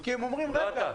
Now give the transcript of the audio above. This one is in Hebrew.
כי הם אומרים: רגע,